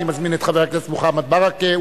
אני מזמין את חבר הכנסת מוחמד ברכה,